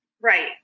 right